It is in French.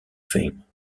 fame